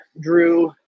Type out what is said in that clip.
Drew